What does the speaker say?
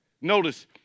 Notice